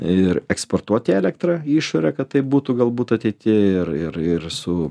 ir eksportuoti elektrą į išorę kad taip būtų galbūt ateityje ir ir ir su